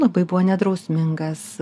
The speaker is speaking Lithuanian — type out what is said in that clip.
labai buvo nedrausmingas